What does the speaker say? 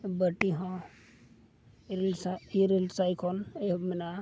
ᱵᱟᱹᱴᱤ ᱦᱚᱸ ᱤᱨᱟᱹᱞ ᱥᱟᱭ ᱠᱷᱚᱱ ᱮᱦᱚᱵ ᱢᱮᱱᱟᱜᱼᱟ